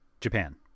Japan